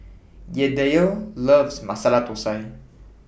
Yadiel loves Masala Thosai